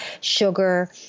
sugar